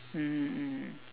mmhmm mmhmm